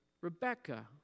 Rebecca